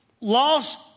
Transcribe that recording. lost